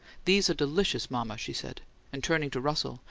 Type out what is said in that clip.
these are delicious, mama, she said and turning to russell,